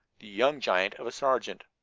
the young giant of a sergeant.